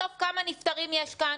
בסוף כמה נפטרים יש כאן,